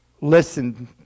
listen